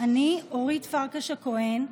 אורית פרקש הכהן,